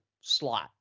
slot